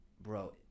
bro